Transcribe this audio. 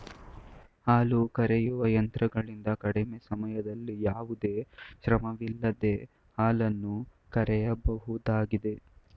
ಹಾಲು ಕರೆಯುವ ಯಂತ್ರಗಳಿಂದ ಕಡಿಮೆ ಸಮಯದಲ್ಲಿ ಯಾವುದೇ ಶ್ರಮವಿಲ್ಲದೆ ಹಾಲನ್ನು ಕರೆಯಬಹುದಾಗಿದೆ